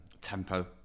tempo